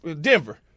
Denver